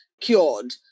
cured